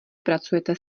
pracujete